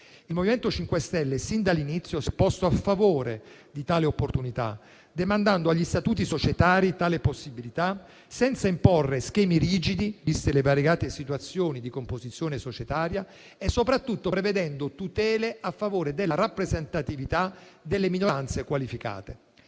Il MoVimento 5 Stelle, sin dall'inizio, si è posto a favore di tale opportunità, demandando agli statuti societari tale possibilità senza imporre schemi rigidi, viste le variegate situazioni di composizione societaria e soprattutto prevedendo tutele a favore della rappresentatività delle minoranze qualificate.